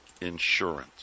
insurance